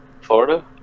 florida